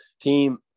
team